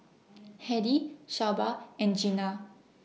Hedy Shelba and Jeana